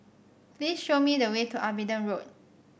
please show me the way to Abingdon Road